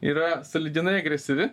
yra sąlyginai agresyvi